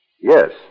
Yes